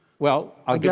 well, i'll yeah